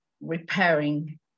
repairing